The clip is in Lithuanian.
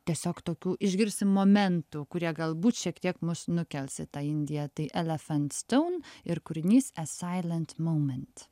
tiesiog tokių išgirsim momentų kurie galbūt šiek tiek mus nukels į tą indiją tai elephant stone ir kūrinys a silent moment